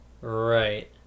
Right